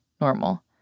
normal